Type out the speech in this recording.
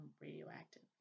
radioactive